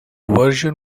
version